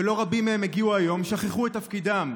שלא רבים מהם הגיעו היום, שכחו את תפקידם.